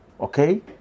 okay